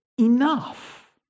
enough